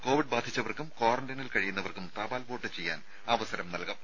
Covid ബാധിച്ചവർക്കും ക്വാറന്റൈനിൽ കഴിയുന്നവർക്കും തപാൽ വോട്ട് ചെയ്യാൻ അവസരം നൽകും